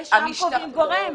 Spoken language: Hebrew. שם קובעים גורם.